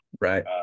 Right